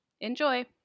Enjoy